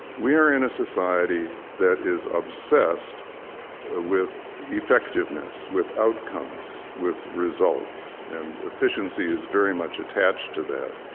we are in a society that is obsessed ah with effectiveness, with outcomes, with results. and efficiency is very much attached to that,